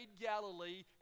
Galilee